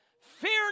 Fear